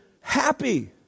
happy